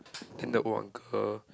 then the old uncle